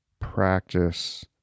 practice